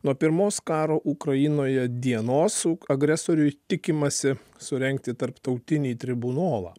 nuo pirmos karo ukrainoje dienos agresoriui tikimasi surengti tarptautinį tribunolą